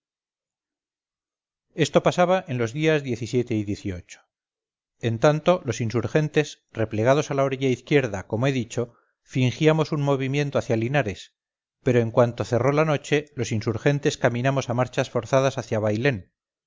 esto pasaba en los días y en tanto los insurgentes replegados a la orilla izquierda como he dicho fingíamos un movimiento hacia linares pero en cuanto cerró la noche los insurgentes caminamos a marchas forzadas hacia bailén